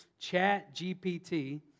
ChatGPT